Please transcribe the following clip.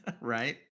Right